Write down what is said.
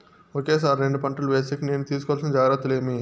ఒకే సారి రెండు పంటలు వేసేకి నేను తీసుకోవాల్సిన జాగ్రత్తలు ఏమి?